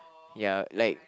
ya like